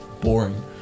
boring